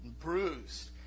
bruised